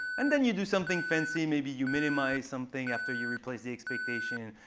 and then you do something fancy. maybe you minimize something after you replace the expectation.